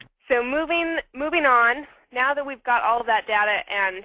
so moving moving on. now that we've got all that data and